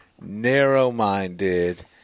narrow-minded